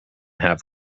have